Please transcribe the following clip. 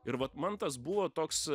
ir vat man tas buvo toks